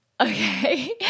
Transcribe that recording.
okay